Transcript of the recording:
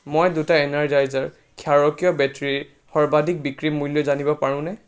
মই দুটা এনাৰজাইজাৰ ক্ষাৰকীয় বেটৰীৰ সৰ্বাধিক বিক্ৰী মূল্য জানিব পাৰোনে